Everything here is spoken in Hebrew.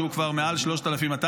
שהוא כבר מעל 3,200,